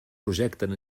projecten